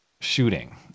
shooting